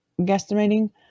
guesstimating